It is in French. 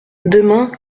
demain